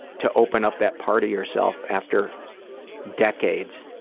to open up that part of yourself after decades